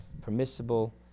permissible